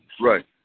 Right